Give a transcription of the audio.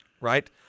right